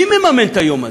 מי מממן את היום הזה,